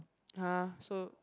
!huh! so